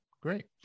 Great